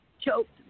choked